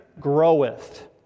groweth